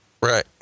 Right